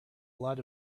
lot